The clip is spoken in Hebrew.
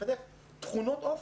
וצריך לחנך לתכונות אופי,